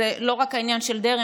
זה לא רק העניין של דרעי,